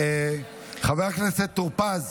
חבר הכנסת טור פז,